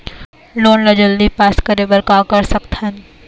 Loan ला जल्दी pass करे बर का कर सकथन?